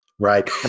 Right